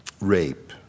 rape